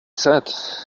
said